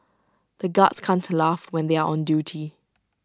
the guards can't laugh when they are on duty